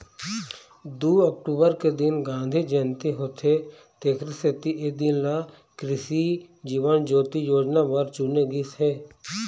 दू अक्टूबर के दिन गांधी जयंती होथे तेखरे सेती ए दिन ल कृसि जीवन ज्योति योजना बर चुने गिस हे